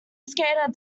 skater